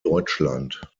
deutschland